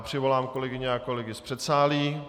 Přivolám kolegyně a kolegy z předsálí.